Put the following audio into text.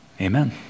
Amen